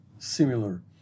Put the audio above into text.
Similar